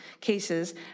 cases